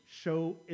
show